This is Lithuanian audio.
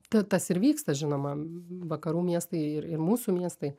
tas ir vyksta žinoma vakarų miestai ir mūsų miestai